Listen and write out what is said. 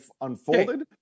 unfolded